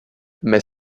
mais